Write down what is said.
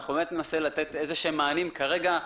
אנחנו באמת ננסה לתת איזשהם מענים כרגע,